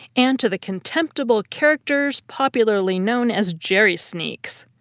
and to the contemptible characters popularly known as jerry-sneaks.